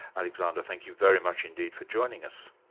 alexander, thank you very much indeed for joining us.